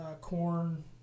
corn